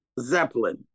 zeppelin